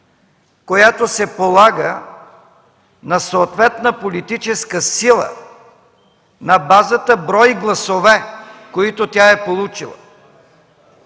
която се полага на съответна политическа сила на базата на броя гласове, които тя е получила.